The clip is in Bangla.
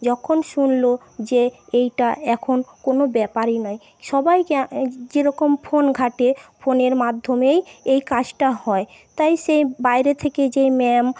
যখন শুনল যে এইটা এখন কোনো ব্যাপারই নয় সবাই যেরকম ফোন ঘাঁটে ফোনের মাধ্যমেই এই কাজটা হয় তাই সেই বাইরে থেকে যেই ম্যাম